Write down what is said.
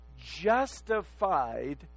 justified